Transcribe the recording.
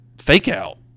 fake-out